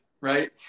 Right